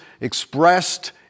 expressed